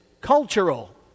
cultural